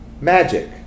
Magic